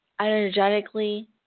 energetically